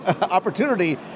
opportunity